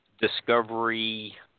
discovery